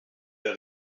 der